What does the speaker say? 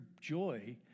joy